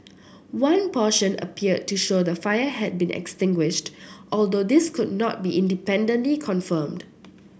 one portion appeared to show the fire had been extinguished although this could not be independently confirmed